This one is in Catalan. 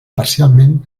parcialment